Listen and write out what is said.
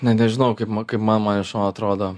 net nežinau kaip ma kaip ma man iš atrodo